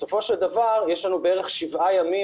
בסופו של דבר יש לנו בערך שבעה ימים